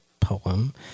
poem